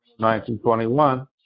1921